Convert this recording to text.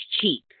cheap